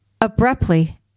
abruptly